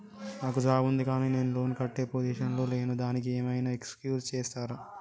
నాకు జాబ్ ఉంది కానీ నేను లోన్ కట్టే పొజిషన్ లా లేను దానికి ఏం ఐనా ఎక్స్క్యూజ్ చేస్తరా?